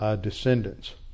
descendants